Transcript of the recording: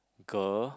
girl